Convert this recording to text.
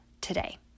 today